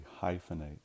hyphenate